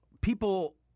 people